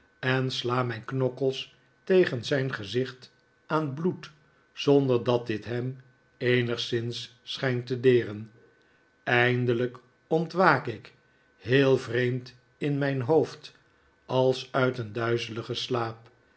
en sla mijn knokkels tegen zijn gezicht aan bloed zonder dat dit hem eenigszins schijnt te deren eindelijk ontwaak ik heel vreemd in mijn hoofd als uit een duizeligen slaap